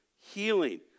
healing